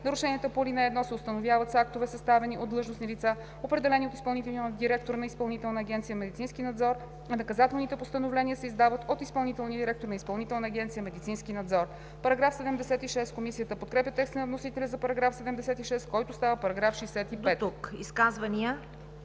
Нарушенията по ал. 1 се установяват с актове, съставени от длъжностни лица, определени от изпълнителния директор на Изпълнителна агенция „Медицински надзор“, а наказателните постановления се издават от изпълнителния директор на Изпълнителна агенция „Медицински надзор“.“ Комисията подкрепя текста на вносителя за § 76, който става § 65.